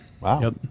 Wow